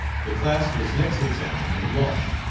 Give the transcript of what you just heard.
the class was next examined in law.